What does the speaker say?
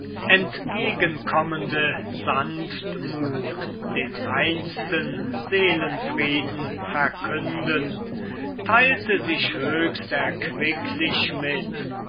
entgegenkommende sanftmut den reinsten seelenfrieden verkündend teilte sich höchst erquicklich mit